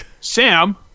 sam